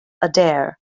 adair